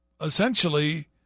essentially